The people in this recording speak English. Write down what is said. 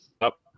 up